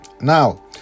Now